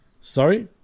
Sorry